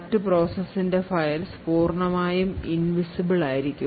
മറ്റു പ്രോസസിന്റെ ഫയൽസ് പൂർണമായും യും ഇൻവിസിബിൾ ആയിരിക്കും